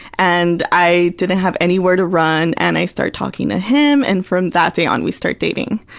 and i didn't have anywhere to run and i start talking to him and from that day on, we start dating.